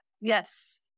Yes